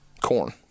corn